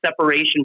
separation